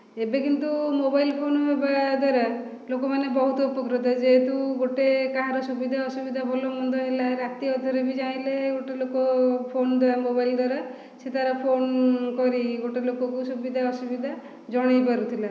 ଏବେ କିନ୍ତୁ mobile phone ହେବା ଦ୍ୱାରା ଲୋକମାନେ ବହୁତ ଉପକୃତ ଯେହେତୁ ଗୋଟେ କାହାର ସୁବିଧା ଅସୁବିଧା ଭଲମନ୍ଦ ହେଲା ରାତି ଅଧରେ ବି ଚାହିଁଲେ ଗୋଟେ ଲୋକ ଫୋନ୍ଦ୍ୱାରା ମୋବାଇଲଦ୍ୱାରା ସେ ତାର ଫୋନ୍ କରି ଗୋଟେ ଲୋକକୁ ସୁବିଧା ଅସୁବିଧା ଜଣେଇପାରୁଥିଲା